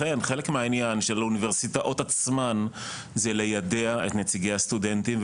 ולכן חלק מהעניין של האוניברסיטאות עצמן זה ליידע את נציגי הסטודנטים,